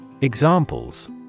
Examples